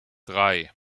drei